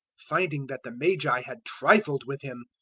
finding that the magi had trifled with him,